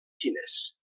xinès